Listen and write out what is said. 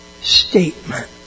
statement